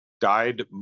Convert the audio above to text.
died